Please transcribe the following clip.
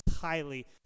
highly